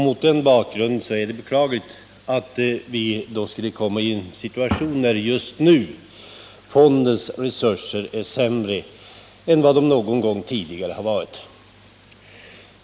Mot den bakgrunden är det beklagligt att vi just nu skulle hamna i en situation där fondens resurser är mindre än de någon gång tidigare har varit.